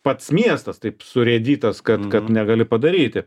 pats miestas taip surėdytas kad kad negali padaryti